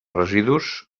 residus